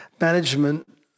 management